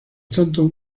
tanto